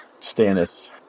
Stannis